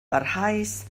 barhaus